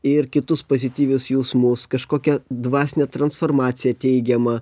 ir kitus pozityvius jausmus kažkokią dvasinę transformaciją teigiamą